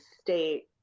state